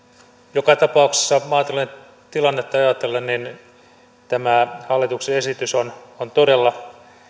joka tapauksessa maatilojen tilannetta ajatellen tämä hallituksen esitys on on todella